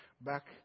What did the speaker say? back